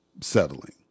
settling